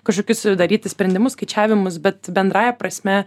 kažkokius daryti sprendimus skaičiavimus bet bendrąja prasme